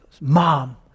Mom